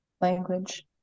language